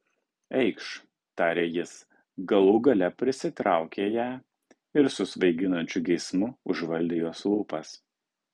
eikš tarė jis galų gale prisitraukė ją ir su svaiginančiu geismu užvaldė jos lūpas